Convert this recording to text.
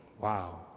wow